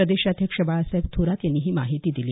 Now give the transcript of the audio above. प्रदेशाध्यक्ष बाळासाहेब थोरात यांनी ही माहिती दिली